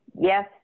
yes